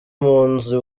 munzu